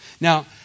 Now